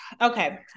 okay